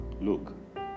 look